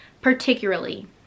particularly